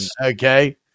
okay